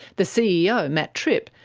the ceo, matt tripp,